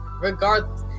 Regardless